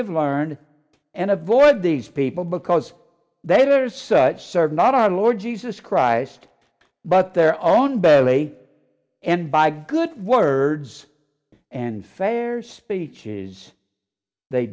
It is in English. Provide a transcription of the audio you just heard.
have learned and avoid these people because they there's such serve not our lord jesus christ but their own belly and by good words and fair speeches they